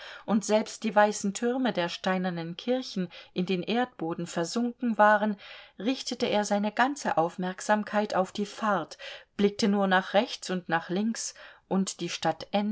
und selbst die weißen türme der steinernen kirchen in den erdboden versunken waren richtete er seine ganze aufmerksamkeit auf die fahrt blickte nur nach rechts und nach links und die stadt